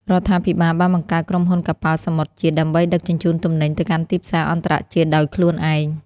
រដ្ឋាភិបាលបានបង្កើតក្រុមហ៊ុនកប៉ាល់សមុទ្រជាតិ ដើម្បីដឹកជញ្ជូនទំនិញទៅកាន់ទីផ្សារអន្តរជាតិដោយខ្លួនឯង។